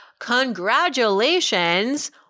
Congratulations